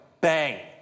Bang